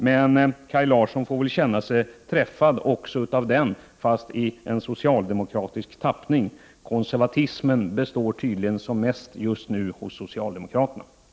Men Kaj Larsson får väl känna sig träffad även av den dikten, fast i en socialdemokratisk tappning. Konservatismen råder tydligen som mest hos socialdemokraterna just nu.